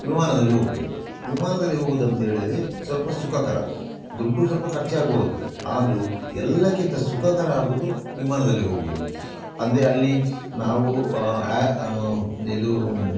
ವಿಮಾನದಲ್ಲಿ ಹೋಗಬೇಕು ವಿಮಾನದಲ್ಲಿ ಹೋಗುವುದಂತೇಳಿದ್ರೆ ಸ್ವಲ್ಪ ಸುಖಕರ ದುಡ್ಡು ಸ್ವಲ್ಪ ಖರ್ಚಾಗ್ಬೋದು ಆದರೂ ಎಲ್ಲಕ್ಕಿಂತ ಸುಖಕರ ಆಗುವುದು ವಿಮಾನದಲ್ಲಿ ಹೋಗುವುದು ಅಂದರೆ ಅಲ್ಲಿ ನಾವು ಆ ಇದು